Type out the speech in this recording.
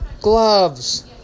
gloves